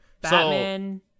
Batman